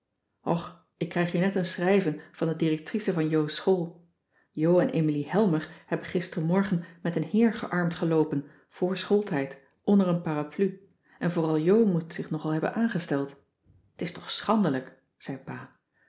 och ik krijg hier net een schrijven van de directrice van jo's school jo en emilie heimer hebben gisterenmorgen met een heer gearmd geloopen voor schooltijd onder een parapluie en vooral jo moet zich nogal hebben aangesteld t is toch schandelijk zei pa